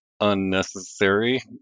unnecessary